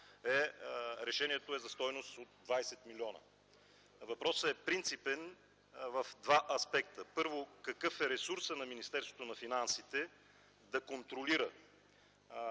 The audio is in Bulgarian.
приеман, е за стойност от 20 милиона. Въпросът е принципен в два аспекта. Първо, какъв е ресурсът на Министерството на финансите да контролира